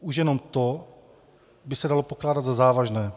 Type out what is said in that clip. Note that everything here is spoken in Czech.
Už jenom to by se dalo pokládat za závažné.